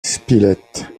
spilett